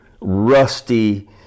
rusty